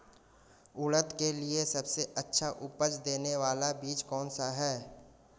उड़द के लिए सबसे अच्छा उपज देने वाला बीज कौनसा है?